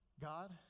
God